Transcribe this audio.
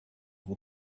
will